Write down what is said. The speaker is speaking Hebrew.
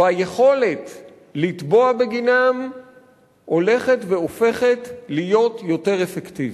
והיכולת לתבוע בגינם הולכת והופכת להיות יותר אפקטיבית.